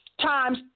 times